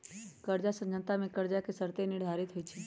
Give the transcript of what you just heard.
कर्जा समझौता में कर्जा के शर्तें निर्धारित होइ छइ